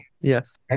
yes